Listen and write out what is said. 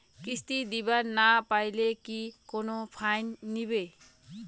কিস্তি দিবার না পাইলে কি কোনো ফাইন নিবে?